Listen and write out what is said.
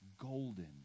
golden